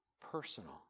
personal